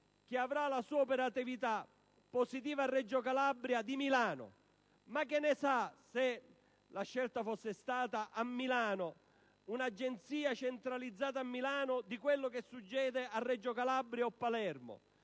(che avrà la sua operatività positiva a Reggio Calabria) di Milano? Ma che ne sa (se la scelta fosse stata Milano) un'agenzia centralizzata con sede a Milano di quello che succede a Reggio Calabria o Palermo?